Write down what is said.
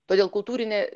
todėl kultūrinė